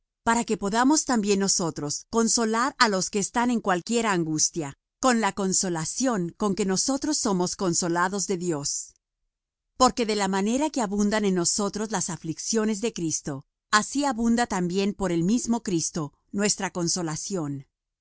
para que podamos también nosotros consolar á los que están en cualquiera angustia con la consolación con que nosotros somos consolados de dios porque de la manera que abundan en nosotros las aflicciones de cristo así abunda también por el mismo cristo nuestra consolación